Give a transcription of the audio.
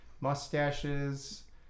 mustaches